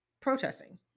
protesting